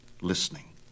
listening